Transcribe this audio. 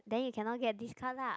then you cannot get this car lah